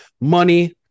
money